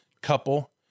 couple